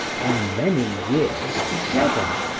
on many years together.